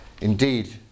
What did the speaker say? Indeed